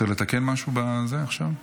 צריך לתקן משהו בזה עכשיו?